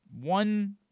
one